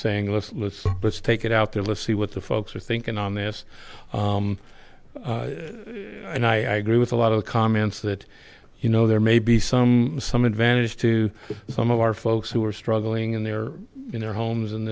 saying let's let's let's take it out there let's see what the folks are thinking on this and i agree with a lot of the comments that you know there may be some some advantage to some of our folks who are struggling and they're in their homes and